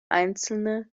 einzelne